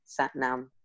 Satnam